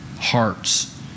hearts